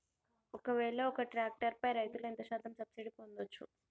ఒక్కవేల ఒక్క ట్రాక్టర్ పై రైతులు ఎంత శాతం సబ్సిడీ పొందచ్చు?